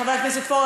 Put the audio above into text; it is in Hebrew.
חבר הכנסת פורר,